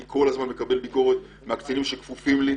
אני כל הזמן מקבל ביקורת מהקצינים שכפופים לי.